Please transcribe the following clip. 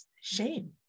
shame